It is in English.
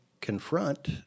confront